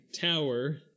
tower